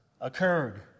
occurred